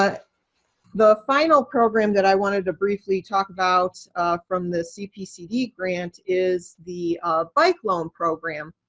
but the final program that i wanted to briefly talk about from the cpcd grant is the bike loan program.